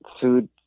food